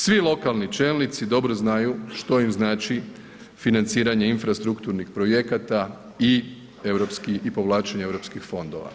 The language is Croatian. Svi lokalni čelnici dobro znaju što im znači financiranje infrastrukturnih projekata i europski i povlačenje europskih fondova.